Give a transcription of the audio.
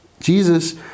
jesus